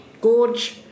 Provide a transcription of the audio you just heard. Gorge